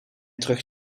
terug